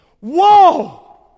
Whoa